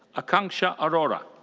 akanksha arora.